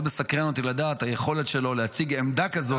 מאוד מסקרן אותי לדעת את היכולת שלו להציג עמדה כזאת,